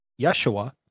Yeshua